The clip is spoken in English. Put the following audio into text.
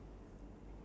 ya